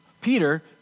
Peter